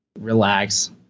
relax